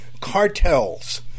cartels